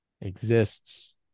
exists